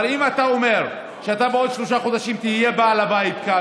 אבל אם אתה אומר שבעוד שלושה חודשים אתה תהיה בעל הבית כאן